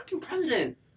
president